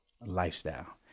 lifestyle